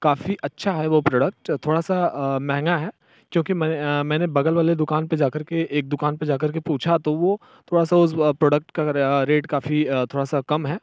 काफ़ी अच्छा है वह प्रोडक्ट थोड़ा सा महंगा है क्योंकि मैं मैंने बगल वाले दुकान पर जा कर के एक दुकान पर जा कर के पूछा तो वह थोड़ा सा उस व प्रोडक्ट का रेट काफ़ी थोड़ा सा कम है